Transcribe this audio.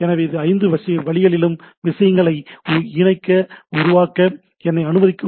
எனவே இந்த 5 வழிகளும் விஷயங்களை இணைக்க என்னை அனுமதிக்கும்